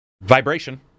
vibration